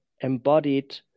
embodied